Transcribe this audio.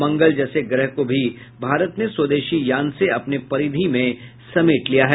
मंगल जैसे ग्रह को भी भारत ने स्वदेशी यान से अपने परिधि में समेट लिया है